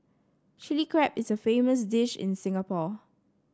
Chilli Crab is a famous dish in Singapore